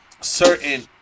certain